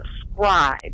subscribe